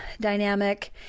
dynamic